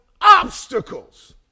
obstacles